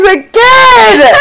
again